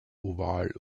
oval